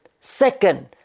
second